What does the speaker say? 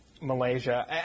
Malaysia